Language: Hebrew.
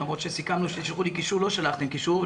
למרות שסיכמנו שישלחו לי קישור לא שלחתם קישור,